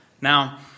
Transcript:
Now